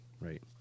Right